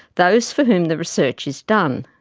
those for whom the research is done.